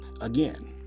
Again